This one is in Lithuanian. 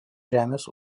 žemės